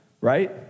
right